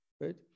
right